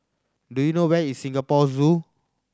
do you know where is Singapore Zoo